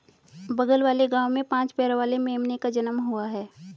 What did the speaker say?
बगल वाले गांव में पांच पैरों वाली मेमने का जन्म हुआ है